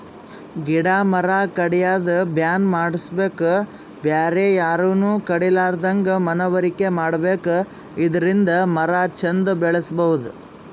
ಗಿಡ ಮರ ಕಡ್ಯದ್ ಬ್ಯಾನ್ ಮಾಡ್ಸಬೇಕ್ ಬೇರೆ ಯಾರನು ಕಡಿಲಾರದಂಗ್ ಮನವರಿಕೆ ಮಾಡ್ಬೇಕ್ ಇದರಿಂದ ಮರ ಚಂದ್ ಬೆಳಸಬಹುದ್